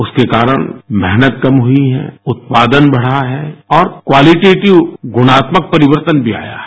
उसके कारण मेहनत कम हुई है उत्पादन बड़ा है और क्वालिटिटीव गुणात्मक परिवर्तन भी आया है